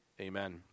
amen